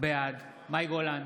בעד מאי גולן,